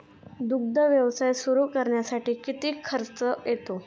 दुग्ध व्यवसाय सुरू करण्यासाठी किती खर्च येतो?